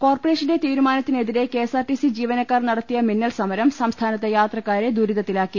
കോർപ റേഷന്റെ തീരുമാനത്തിനെതിരെ K S R TC ജീവനക്കാർ നടത്തിയ മിന്നൽ സമരം സംസ്ഥാനത്ത് യാത്രക്കാരെ ദുരിതത്തിലാക്കി